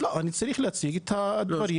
אני צריך להציג את הדברים.